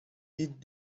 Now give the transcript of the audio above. did